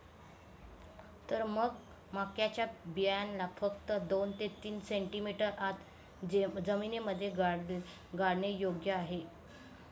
तर मग मक्याच्या बियाण्याला फक्त दोन ते तीन सेंटीमीटर आत जमिनीमध्ये गाडने योग्य आहे